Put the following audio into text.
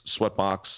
Sweatbox